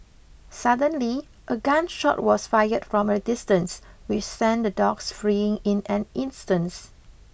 suddenly a gun shot was fired from a distance which sent the dogs fleeing in an instance